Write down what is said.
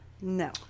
No